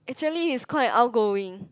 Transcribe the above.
actually he's quite outgoing